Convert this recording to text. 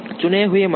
चुने हुए मंझले